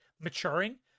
maturing